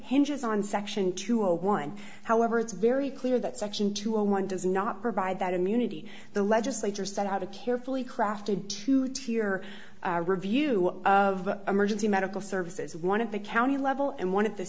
hinges on section two zero one however it's very clear that section two and one does not provide that immunity the legislature set out a carefully crafted to tear review of emergency medical services one of the county level and one of the